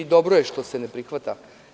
Dobro je što se ne prihvata.